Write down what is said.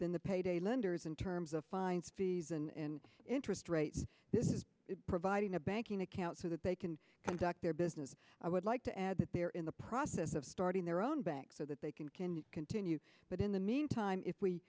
than the payday lenders in terms of fines fees in interest rates this is providing a banking account so that they can conduct their business i would like to add that they're in the process of starting their own bank so that they can continue but in the meantime if we